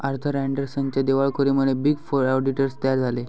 Arthur अँडरसनच्या दिवाळखोरीमुळे big four auditors तयार झाले